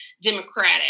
democratic